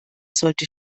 sollte